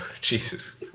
Jesus